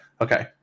Okay